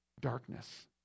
darkness